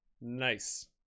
Nice